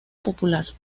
popular